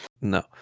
No